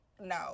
No